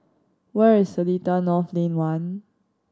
where is Seletar North Lane One